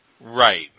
Right